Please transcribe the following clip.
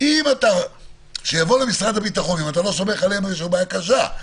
אם אתה לא סומך עלינו, יש לך בעיה קשה.